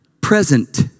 Present